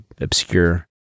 obscure